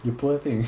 you poor thing